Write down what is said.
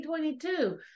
2022